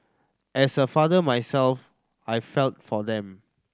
as a father myself I felt for them